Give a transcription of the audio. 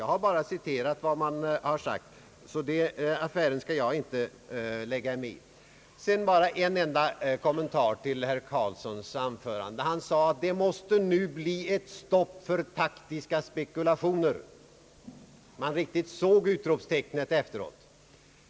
Jag har bara citerat vad man har sagt, så den affären skall jag inte lägga mig i. Jag vill bara göra ytterligare en kommentar till herr Göran Karlssons anförande. Han sade att det måste bli ett stopp för taktiska spekulationer. Man riktigt hörde utropstecknet efteråt.